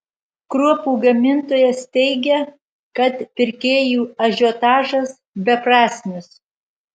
kruopų gamintojas teigia kad pirkėjų ažiotažas beprasmis